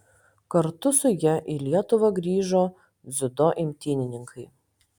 kartu su ja į lietuvą grįžo dziudo imtynininkai